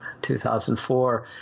2004